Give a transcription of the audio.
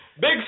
Big